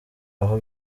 aho